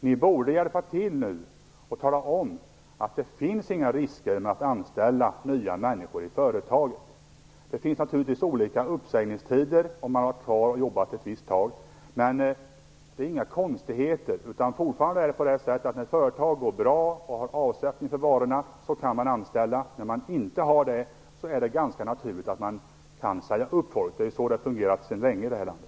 Ni borde hjälpa till nu och tala om att det inte finns några risker med att anställa nya människor i företagen. Det finns naturligtvis olika uppsägningstider om man har jobbat en tid, men det är inga konstigheter. Det är fortfarande så, att när företag går bra och har avsättning för varorna kan de anställa. När det inte går bra är det ganska naturligt att de kan säga upp folk. Det är så det har fungerat sedan länge i det här landet.